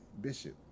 bishop